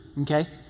okay